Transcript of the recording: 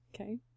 okay